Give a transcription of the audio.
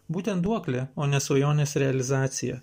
būtent duoklė o ne svajonės realizacija